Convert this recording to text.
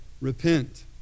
repent